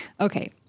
Okay